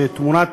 שתמורת